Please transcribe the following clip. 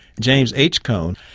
james h. cone,